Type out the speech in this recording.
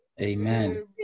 Amen